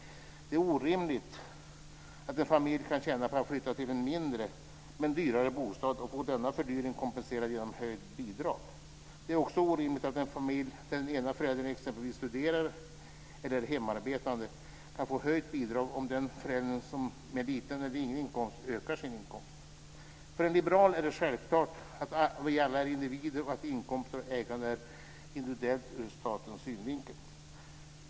Det är orimligt att en familj kan tjäna på att flytta till en mindre men dyrare bostad och få denna fördyring kompenserad genom höjt bidrag. Det är också orimligt att en familj där den ene föräldern exempelvis studerar eller är hemarbetande kan få höjt bidrag om föräldern med liten eller ingen inkomst ökar sin inkomst. För en liberal är det självklart att vi alla är individer och att inkomster och ägande är individuella ur statens synvinkel.